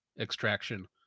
extraction